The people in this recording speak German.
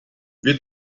wir